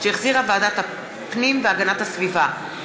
שהחזירה ועדת הפנים והגנת הסביבה.